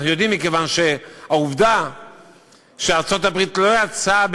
אנחנו יודעים מכיוון שהעובדה שארצות-הברית לא יצאה